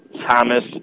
Thomas